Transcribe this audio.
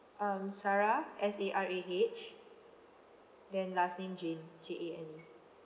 um sarah S A R A H then last name jane J A N E